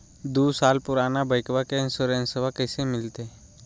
दू साल पुराना बाइकबा के इंसोरेंसबा कैसे मिलते?